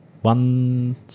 one